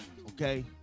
okay